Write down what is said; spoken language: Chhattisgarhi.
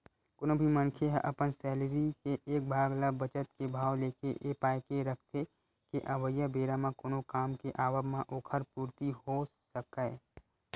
कोनो भी मनखे ह अपन सैलरी के एक भाग ल बचत के भाव लेके ए पाय के रखथे के अवइया बेरा म कोनो काम के आवब म ओखर पूरति होय सकय